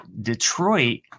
Detroit